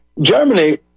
Germany